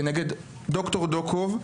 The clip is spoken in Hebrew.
כנגד ד"ר דוקוב,